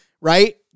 right